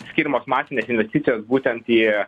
skiriamos masinės investicijos būtent į